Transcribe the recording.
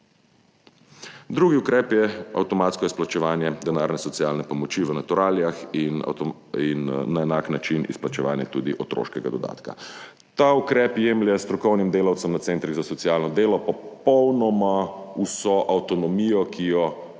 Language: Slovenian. Drugi ukrep je avtomatsko izplačevanje denarne socialne pomoči v naturalijah in na enak način tudi izplačevanje otroškega dodatka. Ta ukrep jemlje strokovnim delavcem na centrih za socialno delo popolnoma vso avtonomijo, ki jo